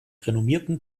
renommierten